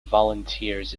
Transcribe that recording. volunteers